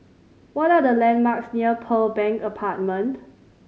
what are the landmarks near Pearl Bank Apartment